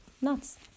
nuts